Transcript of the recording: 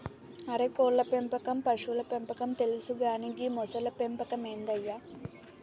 అరే కోళ్ళ పెంపకం పశువుల పెంపకం తెలుసు కానీ గీ మొసళ్ల పెంపకం ఏందయ్య